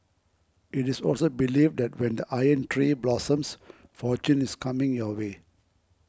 it is also believed that when the Iron Tree blossoms fortune is coming your way